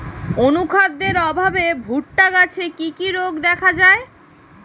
অনুখাদ্যের অভাবে ভুট্টা গাছে কি কি রোগ দেখা যায়?